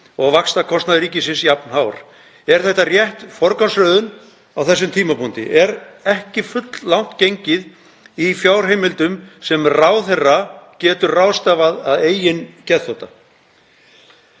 og vaxtakostnaður ríkisins jafn hár? Er þetta rétt forgangsröðun á þessum tímapunkti? Er ekki fulllangt gengið í fjárheimildum sem ráðherra getur ráðstafað að eigin geðþótta?